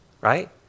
right